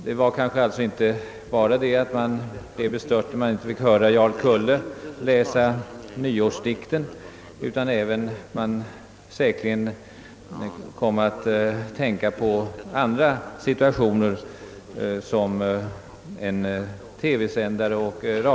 Man blev kanske inte bara bestört för att man icke fick höra Jarl Kulle läsa nyårsdikten, utan man tänkte säkerligen också på andra situationer där avbrott i en TV eller radiosändare kan ske.